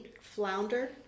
flounder